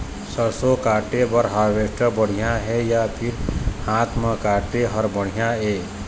सरसों काटे बर हारवेस्टर बढ़िया हे या फिर हाथ म काटे हर बढ़िया ये?